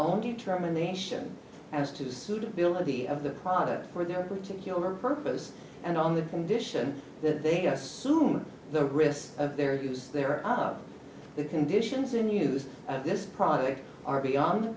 own determination as to the suitability of the product for their particular purpose and on the condition that they get assume the risk of their use there up the conditions in use of this product are beyond the